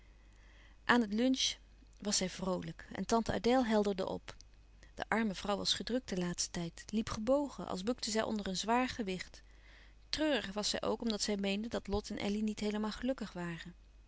aan het lunch was zij vroolijk en tante adèle helderde op de arme vrouw was gedrukt den laatsten tijd liep gebogen als bukte zij onder een zwaar gewicht treurig was zij ook omdat zij meende dat lot en elly niet heelemaal gelukkig waren